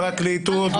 פרקליטות,